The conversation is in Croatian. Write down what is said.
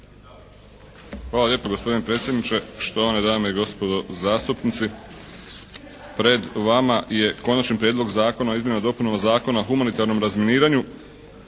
Hvala lijepa gospodine predsjedniče, štovane dame i gospodo zastupnici. Pred vama je Konačni prijedlog Zakona o izmjenama i dopunama Zakona o humanitarnom razminiranju.